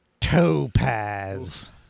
Topaz